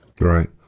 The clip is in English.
Right